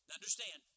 Understand